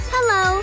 Hello